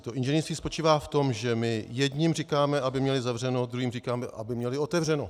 To inženýrství spočívá v tom, že my jedněm říkáme, aby měli zavřeno, druhým říkáme, aby měli otevřeno.